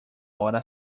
hora